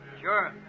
Sure